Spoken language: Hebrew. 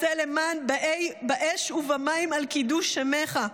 עשה למען באי באש ובמים על קידוש שמך,